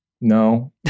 No